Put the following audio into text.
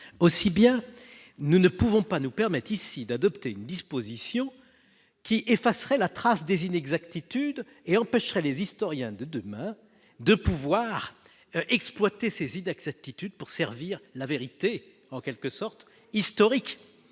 aussi bien, nous ne pouvons pas nous permettent ici d'adopter une disposition qui effacerait la trace des inexactitudes et empêcherait les historiens de demain de pouvoir exploiter ces Idex attitude pour servir la vérité en quelque sorte, historiques